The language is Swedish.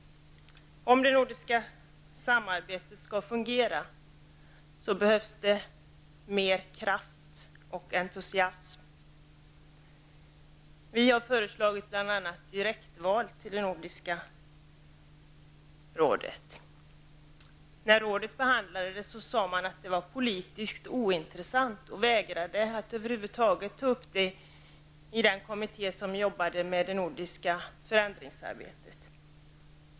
Om det nordiska samarbetet skall fungera behövs det mer kraft och entusiasm. Vi har bl.a. föreslagit direktval till Nordiska rådet. När rådet behandlade detta sade man att det var politiskt ointressant och vägrade att över huvud taget ta upp frågan i den kommitté som jobbade med det nordiska förändringsarbetet.